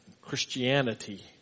Christianity